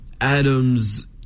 Adams